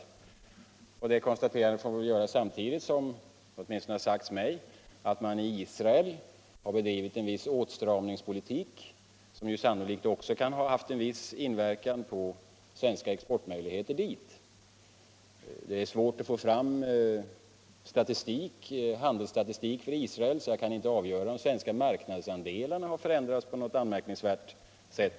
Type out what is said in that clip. — inställning till Det konstaterandet får väl göras samtidigt som det åtminstone sagts — ekonomisk bojkott mig all Israel har bedrivit en åtstramningspoliuik. som sannolikt ocksaå mot Israel haft en viss inverkan på de svenska möjligheterna att exportera div. Det är svärt att o få fram handelsstatistik för Israel, och jag kan därför inte avgöra om de svenska andelarna på den israeliska marknaden förändrats på något anmärkningsvärt sätt.